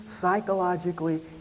psychologically